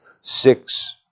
six